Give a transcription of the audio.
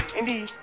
indeed